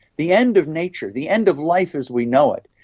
the end of nature, the end of life as we know it.